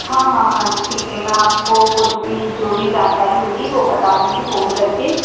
हाँ हाँ हाँ ठीक है मैं आपको कुछ भी जो भी जानकारी होगी वह बता दूँगी फ़ोन करके